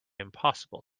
impossible